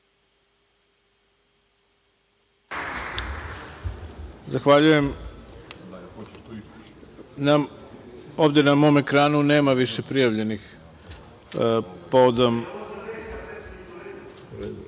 Zahvaljujem. Ovde na mom ekranu nema više prijavljenih. Izvinjavam